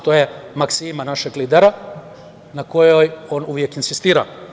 To je maksima našeg lidera na kojoj on uvek insistira.